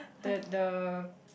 the the